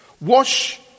Wash